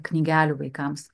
knygelių vaikams